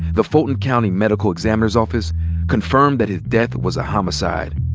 the fulton county medical examiner's office confirmed that his death was a homicide.